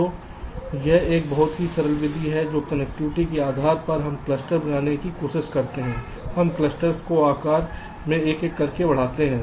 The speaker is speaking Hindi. तो यह एक बहुत ही सरल विधि है जो कनेक्टिविटी के आधार पर हम क्लस्टर बनाने की कोशिश करते हैं और हम क्लस्टर्स को आकार में एक एक करके बढ़ाते हैं